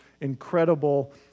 incredible